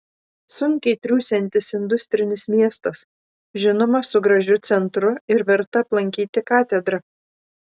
sunkiai triūsiantis industrinis miestas žinoma su gražiu centru ir verta aplankyti katedra